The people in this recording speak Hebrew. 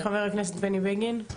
חה"כ בני בגין.